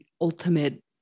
ultimate